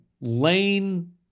Lane